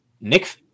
Nick